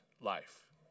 life